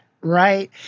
right